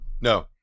No